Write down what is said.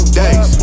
days